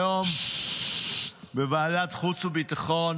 היום בוועדת החוץ והביטחון